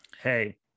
Hey